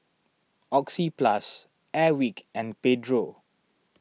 Oxyplus Airwick and Pedro